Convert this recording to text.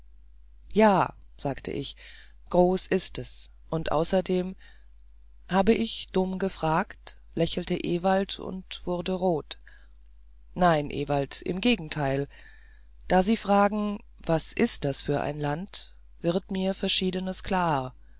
ja sagte ich groß ist es und außerdem habe ich dumm gefragt lächelte ewald und wurde rot nein ewald im gegenteil da sie fragen was ist das für ein land wird mir verschiedenes klar